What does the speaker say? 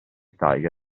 tiger